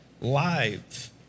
lives